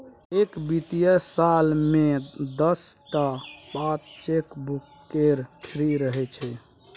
एक बित्तीय साल मे दस टा पात चेकबुक केर फ्री रहय छै